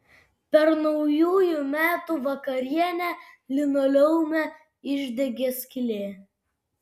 per naujųjų metų vakarienę linoleume išdegė skylė